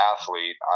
athlete